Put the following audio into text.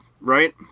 right